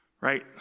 right